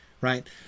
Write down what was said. right